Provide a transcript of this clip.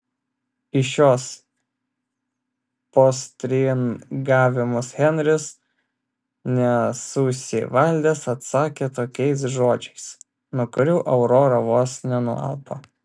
į šiuos postringavimus henris nesusivaldęs atsakė tokiais žodžiais nuo kurių aurora vos nenualpo